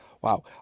Wow